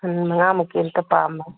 ꯁꯟ ꯃꯉꯥꯃꯨꯛꯀꯤ ꯑꯝꯇ ꯄꯥꯝꯃꯦ